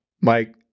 Mike